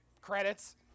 credits